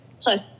Plus